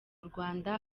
rwanda